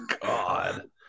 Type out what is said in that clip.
God